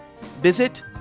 Visit